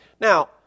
Now